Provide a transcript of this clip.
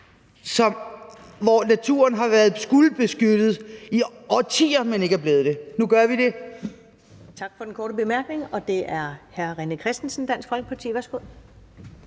Naturen har skullet være beskyttet i årtier, men er ikke blevet det – nu gør vi det.